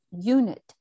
unit